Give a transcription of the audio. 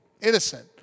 innocent